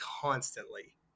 constantly